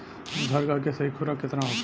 दुधारू गाय के सही खुराक केतना होखे?